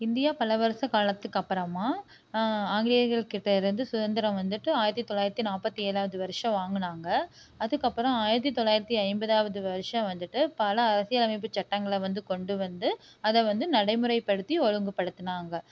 India பல வருஷ காலத்துக்கு அப்புறமா ஆங்கிலேயர்கள் கிட்டேருந்து சுதந்திரம் வந்துட்டு ஆயிரத்தி தொள்ளாயிரத்தி நாற்பத்தி ஏழாவது வருஷம் வாங்கனாங்க அதுக்கப்பறோம் ஆயிரத்தி தொள்ளாயிரத்தி ஐம்பதாவது வருஷம் வந்துட்டு பல அரசியல் அமைப்பு சட்டங்களை வந்து கொண்டு வந்து அதை வந்து நடை முறை படுத்தி ஒழுங்கு படுத்துனாங்கள்